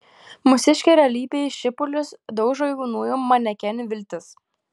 mūsiškė realybė į šipulius daužo jaunųjų manekenių viltis